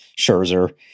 Scherzer